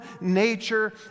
nature